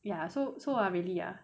ya so so ah really ah